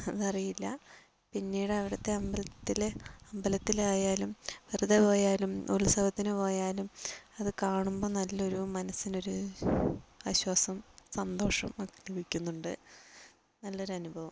അതറിയില്ല പിന്നീട് അവിടുത്തെ അമ്പലത്തിലെ അമ്പലത്തിലായാലും വെറുതെ പോയാലും ഉത്സവത്തിന് പോയാലും അതു കാണുമ്പോൾ നല്ലൊരു മനസ്സിനൊരു ആശ്വാസം സന്തോഷവുമൊക്കെ ലഭിക്കുന്നുണ്ട് നല്ലൊരനുഭവം